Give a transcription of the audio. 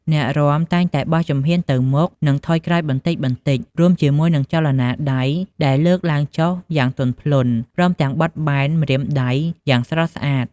អ្នករាំតែងតែបោះជំហានទៅមុខ និងថយក្រោយបន្តិចៗ រួមជាមួយនឹងចលនាដៃដែលលើកឡើងចុះយ៉ាងទន់ភ្លន់ ព្រមទាំងបត់បែនម្រាមដៃយ៉ាងស្រស់ស្អាត។